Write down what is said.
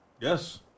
Yes